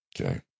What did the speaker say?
Okay